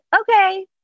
okay